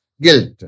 guilt